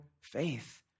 faith